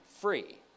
free